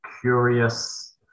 curious